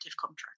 contract